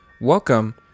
welcome